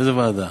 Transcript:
איזו ועדה?